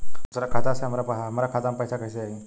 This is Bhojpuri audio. दूसरा के खाता से हमरा खाता में पैसा कैसे आई?